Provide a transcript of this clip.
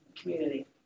community